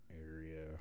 area